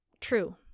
True